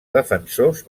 defensors